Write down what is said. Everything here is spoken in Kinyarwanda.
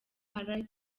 hari